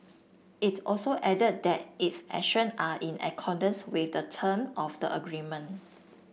it also added that its action are in accordance with the term of the agreement